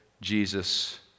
Jesus